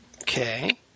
Okay